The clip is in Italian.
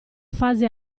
fase